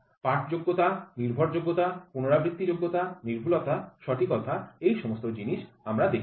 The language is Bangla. পাঠযোগ্যতা নির্ভরযোগ্যতা পুনরাবৃত্তিযোগ্যতা নির্ভুলতা সঠিকতা এই সমস্ত জিনিস আমরা দেখেছি